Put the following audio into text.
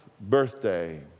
birthday